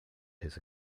his